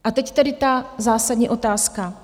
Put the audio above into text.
A teď tedy ta zásadní otázka.